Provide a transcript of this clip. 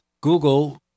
Google